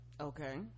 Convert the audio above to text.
okay